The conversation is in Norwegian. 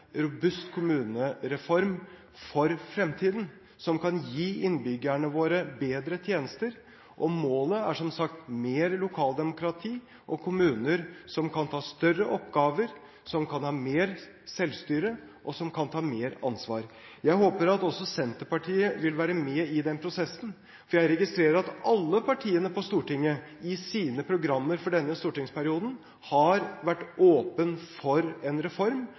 robust kommunereform for fremtiden, som kan gi innbyggerne våre bedre tjenester. Målet er som sagt mer lokaldemokrati og kommuner som kan ta større oppgaver, som kan ha mer selvstyre, og som kan ta mer ansvar. Jeg håper at også Senterpartiet vil være med i den prosessen, for jeg registrerer at alle partiene på Stortinget i sine programmer for denne stortingsperioden har vært åpen for en reform.